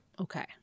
okay